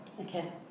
Okay